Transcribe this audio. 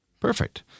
Perfect